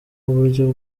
uburyo